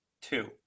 two